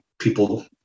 people